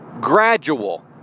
gradual